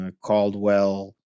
caldwell